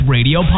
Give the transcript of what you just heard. Radio